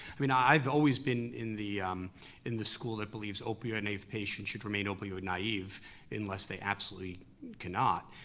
i mean i've always been in the in the school that believes opioid naive patients should remain opioid naive unless they absolutely cannot.